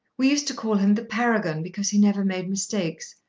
we used to call him the paragon because he never made mistakes.